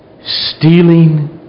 stealing